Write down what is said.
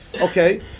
okay